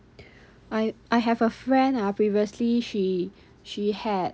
I I have a friend ah previously she she had